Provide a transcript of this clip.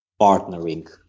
partnering